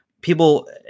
People